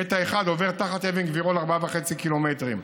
קטע אחד עובר תחת אבן גבירול, 4.5 ק"מ.